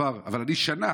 אבל שנה